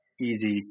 easy